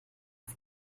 auf